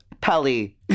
Pelly